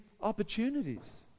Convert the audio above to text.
opportunities